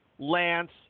Lance